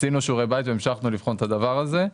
עשינו שיעורי בית והמשכנו לבחון את הדבר הזה.